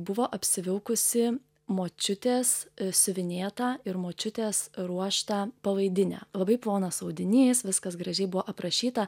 buvo apsivilkusi močiutės siuvinėtą ir močiutės ruoštą palaidinę labai plonas audinys viskas gražiai buvo aprašyta